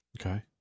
Okay